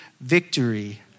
victory